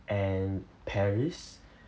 and paris